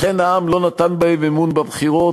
לכן העם לא נתן בהם אמון בבחירות,